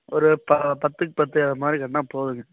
ஒரு ப பத்துக்கு பத்து அது மாதிரி கட்டினா போதுங்க